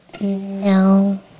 No